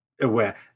aware